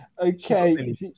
Okay